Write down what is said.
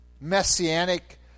Messianic